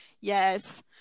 Yes